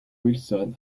wilson